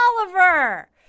Oliver